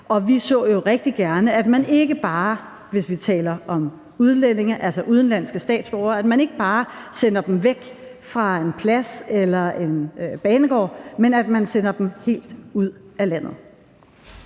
og vi så jo rigtig gerne, at man ikke bare, hvis vi taler om udlændinge, altså udenlandske statsborgere, sender dem væk fra en plads eller en banegård, men at man kan sender dem helt ud af landet.